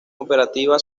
operativa